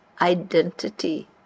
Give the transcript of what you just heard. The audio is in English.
identity